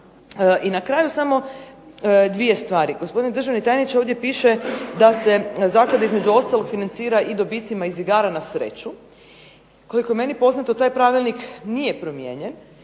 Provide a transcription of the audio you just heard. I na kraju samo dvije stvari. Gospodine državni tajniče ovdje piše da se Zaklada između ostalog financira i dobicima iz igara na sreću. Koliko je meni poznato taj pravilnik nije promijenjen,